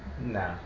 No